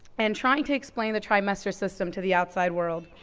and trying to explain the trimester system to the outside world,